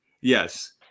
Yes